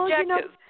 objective